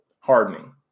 hardening